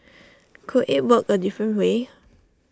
could IT work A different way